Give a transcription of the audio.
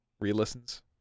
re-listens